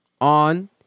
on